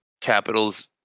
capitals